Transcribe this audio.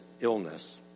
illness